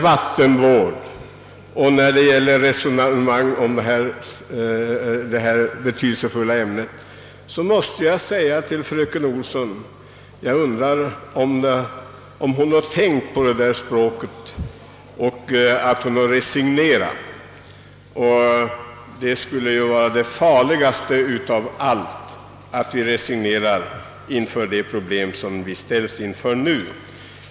Jag undrar om fröken Olsson har tänkt likadant och resignerat. Det skulle vara det farligaste av allt, om vi resignerade inför de problem som vi ställs inför.